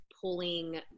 Pulling